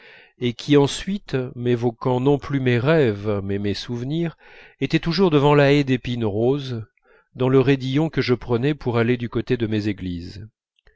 et qui ensuite m'évoquant non plus mes rêves mais mes souvenirs était toujours devant la haie d'épines roses dans le raidillon que je prenais pour aller du côté de